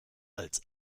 als